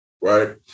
Right